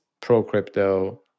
pro-crypto